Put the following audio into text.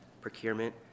procurement